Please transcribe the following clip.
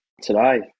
today